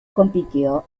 compitió